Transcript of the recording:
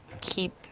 keep